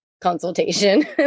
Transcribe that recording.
consultation